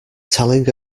telling